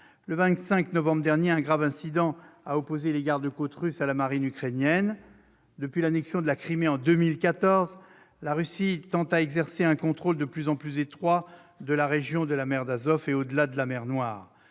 Le 25 novembre dernier, un grave incident a opposé des garde-côtes russes à la marine ukrainienne. Depuis l'annexion de la Crimée, en 2014, la Russie tend à exercer un contrôle de plus en plus étroit sur la région de la mer d'Azov, et, au-delà, sur celle de la mer Noire.